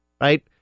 right